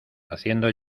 haciendo